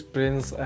Prince